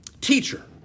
Teacher